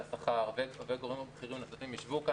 השכר וגורמים בכירים נוספים ישבו כאן.